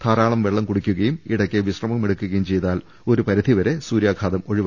ധാരാളം വെള്ളം കുടിക്കുകയും ഇടയ്ക്ക് വിശ്രമം എടുക്കുകയും ചെയ്താൽ ഒരുപരിധി വരെ സൂര്യാഘാതം ഒഴിവാക്കാനാകും